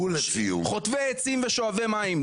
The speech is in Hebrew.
חוטבי עצים ושואבי מים.